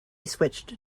switched